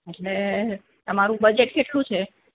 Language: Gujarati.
એટલે તમારું બજેટ કેટલું છે